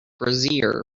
brasserie